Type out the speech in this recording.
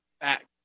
back